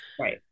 Right